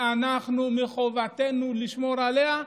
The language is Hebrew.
ואנחנו, מחובתנו לשמור עליה.